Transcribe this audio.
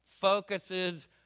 focuses